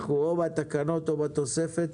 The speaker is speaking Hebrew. או בתקנות או בתוספת.